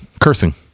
Cursing